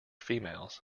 females